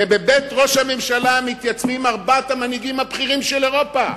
ובבית ראש הממשלה מתייצבים ארבעת המנהיגים הבכירים של אירופה: